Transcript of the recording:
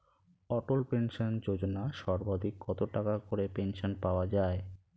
অটল pension Yojana সর্বাধিক কত টাকা করে পেনশন পাওয়া যায়?